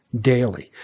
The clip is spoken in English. daily